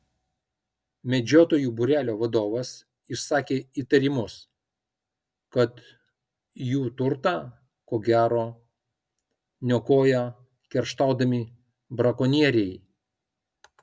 medžiotojų būrelio vadovas išsakė įtarimus kad jų turtą ko gero niokoja kerštaudami brakonieriai